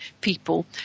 people